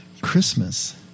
Christmas